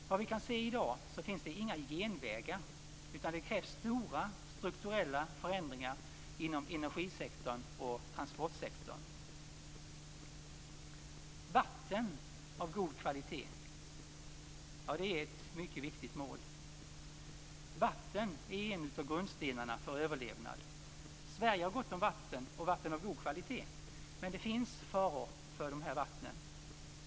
Såvitt vi kan se i dag finns det inga genvägar, utan det krävs stora strukturella förändringar inom energisektorn och transportsektorn. Vatten av god kvalitet är ett mycket viktigt mål. Vatten är en av grundstenarna för överlevnad. Sverige har gott om vatten och vatten av god kvalitet. Men det finns faror för våra vatten.